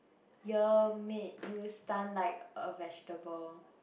year make you stun like a vegetable